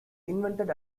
invented